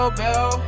bell